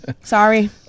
Sorry